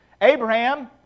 Abraham